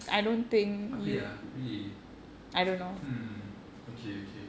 அப்டியாஇல்லையே:apdiya illaye really hmm okay okay